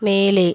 மேலே